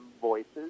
voices